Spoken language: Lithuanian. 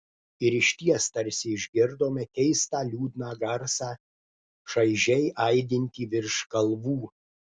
ir išties tarsi išgirdome keistą liūdną garsą šaižiai aidintį virš kalvų